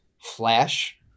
flash